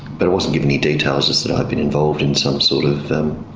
but it wasn't giving any details, just that i had been involved in some sort of